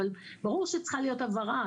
אבל ברור שצריכה להיות הבהרה,